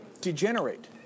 degenerate